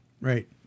Right